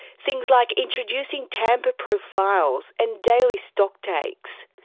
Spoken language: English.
things like introducing tamper-proof vials and daily stocktakes.